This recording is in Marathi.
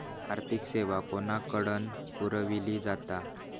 आर्थिक सेवा कोणाकडन पुरविली जाता?